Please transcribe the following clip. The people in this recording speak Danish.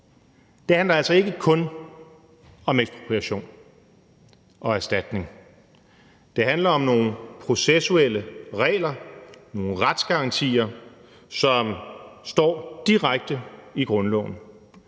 Det handler altså ikke kun om ekspropriation og erstatning. Det handler om nogle processuelle regler, nogle retsgarantier, som står direkte i grundloven;